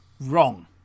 Wrong